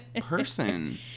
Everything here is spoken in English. person